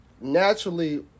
naturally